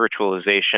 virtualization